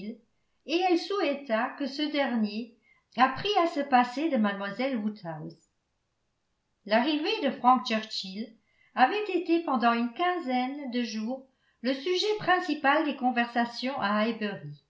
et elle souhaita que ce dernier apprit à se passer de mlle woodhouse l'arrivée de frank churchill avait été pendant une quinzaine de jours le sujet principal des conversations à